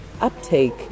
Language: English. uptake